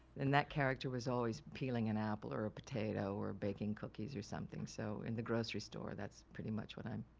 and that character was always peeling an apple or a potato or baking cookies or something. so in the grocery store that's pretty much what i'm.